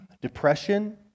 depression